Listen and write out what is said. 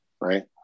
right